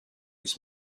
its